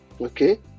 okay